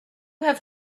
have